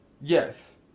Yes